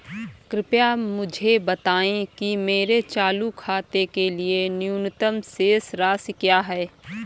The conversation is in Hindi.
कृपया मुझे बताएं कि मेरे चालू खाते के लिए न्यूनतम शेष राशि क्या है?